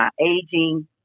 aging